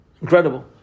Incredible